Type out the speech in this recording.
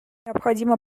необходимо